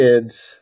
kids